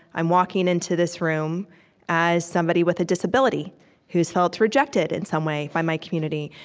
i'm walking into this room as somebody with a disability who's felt rejected in some way by my community.